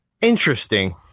Interesting